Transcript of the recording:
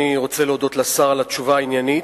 אני רוצה להודות לשר על התשובה העניינית,